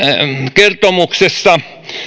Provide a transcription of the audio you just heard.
kertomuksessa